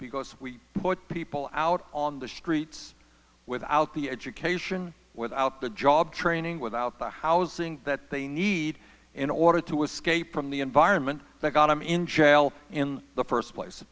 because we people out on the streets without the education without the job training without the housing that they need in order to escape from the environment that got them in jail in the first place